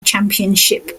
championship